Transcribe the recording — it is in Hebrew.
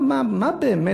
מה באמת?